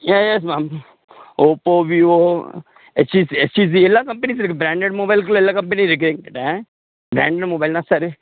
ஏ yeah yes ma'am Oppo Vivo H P H C L எல்லா கம்பெனிஸும் இருக்கு branded மொபைலுக்குள்ளே எல்லா கம்பெனியும் இருக்கு எங்கள்கிட்ட ப்ராண்டட் மொபைல்னா சார்